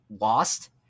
lost